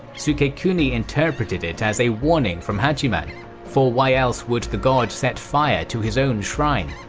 sukekuni interpreted it as a warning from hachiman for why else would the god set fire to his own shrine?